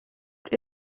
that